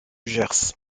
gers